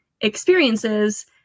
experiences